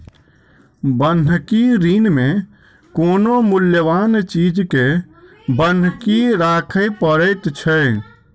बन्हकी ऋण मे कोनो मूल्यबान चीज के बन्हकी राखय पड़ैत छै